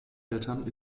eltern